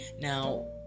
Now